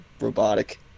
robotic